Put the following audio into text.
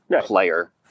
player